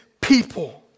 people